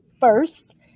First